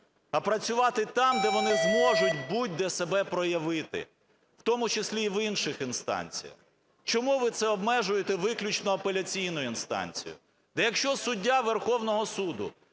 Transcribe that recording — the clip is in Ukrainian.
а працювати там, де вони зможуть будь-де себе проявити, в тому числі і в інших інстанціях. Чому ви це обмежуєте виключно апеляційною інстанцією?